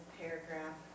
paragraph